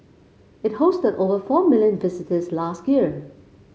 it hosted over four million visitors last year